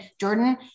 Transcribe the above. Jordan